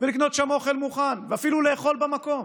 ולקנות שם אוכל מוכן ואפילו לאכול במקום,